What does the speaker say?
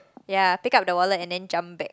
ya pick up the wallet and then jump back